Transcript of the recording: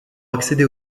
accéder